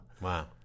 Wow